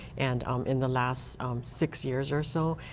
and um in the last six years or so,